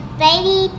baby